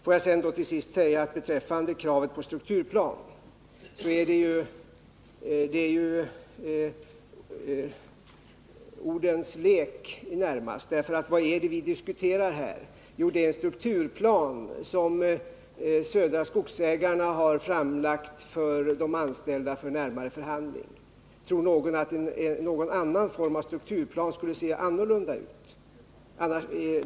Får jag till sist beträffande kravet på en strukturplan säga, att detta är ju närmast en lek med ord. Vad är det vi diskuterar här? Jo, det är en strukturplan som Södra Skogsägarna har framlagt för de anställda för närmare förhandling. Tror någon att en annan form av strukturplan skulle se annorlunda ut?